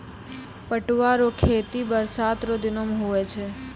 पटुआ रो खेती बरसात रो दिनो मे हुवै छै